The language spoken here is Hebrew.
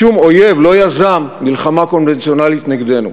שום אויב לא יזם מלחמה קונבנציונלית נגדנו.